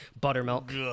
Buttermilk